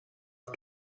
است